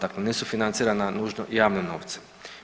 Dakle nisu financirana nužno javnim novcem.